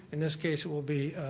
in this case it will be